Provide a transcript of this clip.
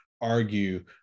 argue